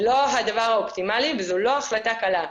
זה לא הדבר האופטימלי וזו לא החלטה קלה,